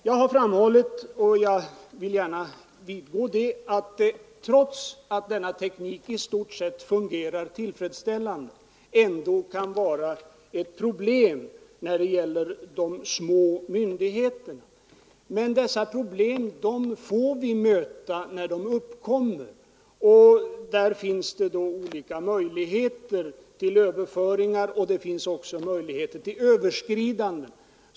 Jag har emellertid framhållit att trots att denna teknik i stort sett fungerar tillfredsställande kan den ibland medföra problem för de små myndigheterna. Men dessa får vi möta när de uppkommer, och där finns det då olika möjligheter till överföringar mellan anslag och överskridanden.